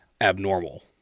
abnormal